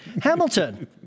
Hamilton